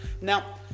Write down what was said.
Now